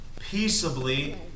peaceably